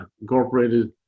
incorporated